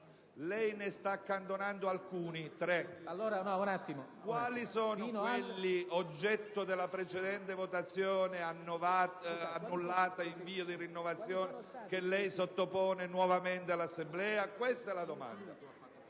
Lei ne sta accantonando alcuni; credo siano tre. Quali sono quelli oggetto della precedente votazione annullata, in via di rinnovazione, che lei sottopone nuovamente all'Assemblea? Questa è la domanda.